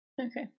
Okay